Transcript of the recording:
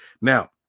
now